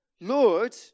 Lord